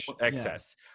excess